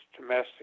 domestic